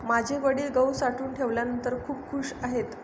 माझे वडील गहू साठवून ठेवल्यानंतर खूप खूश आहेत